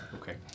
Okay